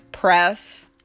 press